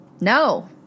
No